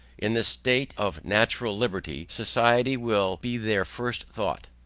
in this state of natural liberty, society will be their first thought.